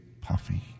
puffy